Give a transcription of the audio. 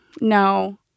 no